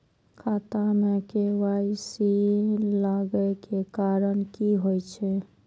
खाता मे के.वाई.सी लागै के कारण की होय छै?